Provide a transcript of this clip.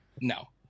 No